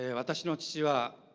yeah but that's not you are